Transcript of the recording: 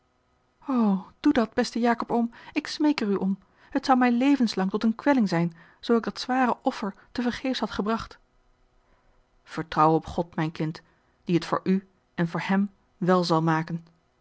doe dat beste jacob oom ik smeek er u om het zou mij levenslang tot eene kwelling zijn zoo ik dat zware offer tevergeefs had gebracht vertrouw op god mijn kind die het voor u en voor hem a l g bosboom-toussaint de delftsche wonderdokter eel wèl zal maken